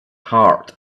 heart